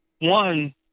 One